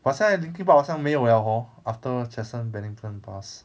but 现在 linkin park 好像没有 liao hor after chester bennington pass